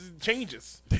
changes